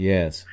Yes